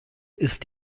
ist